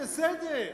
בסדר.